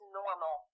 normal